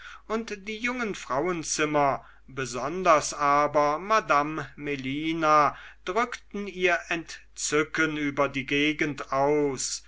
und die jungen frauenzimmer besonders aber madame melina drückten ihr entzücken über die gegend aus